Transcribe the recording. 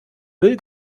müll